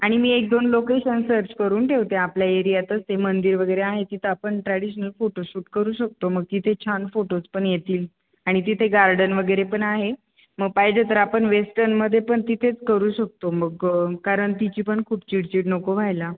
आणि मी एक दोन लोकेशन सर्च करून ठेवते आपल्या एरियातच ते मंदिर वगैरे आहे तिथं आपण ट्रॅडिशनल फोटोशूट करू शकतो मग तिथे छान फोटोज पण येतील आणि तिथे गार्डन वगैरे पण आहे मग पाहिजे तर आपण वेस्टर्नमध्ये पण तिथेच करू शकतो मग कारण तिची पण खूप चिडचिड नको व्हायला